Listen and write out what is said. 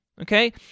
Okay